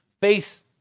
Faith